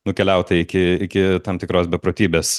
nukeliauta iki iki tam tikros beprotybės